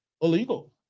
illegal